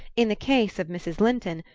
in the case of mrs. linton,